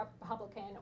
Republican